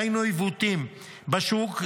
ראינו עיוותים בשוק,